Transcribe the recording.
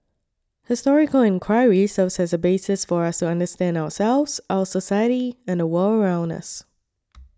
historical enquiry serves as a basis for us to understand ourselves our society and the world around us